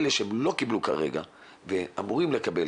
אלה שלא קיבלו כרגע ואמורים לקבל,